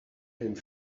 and